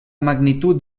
magnitud